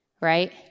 right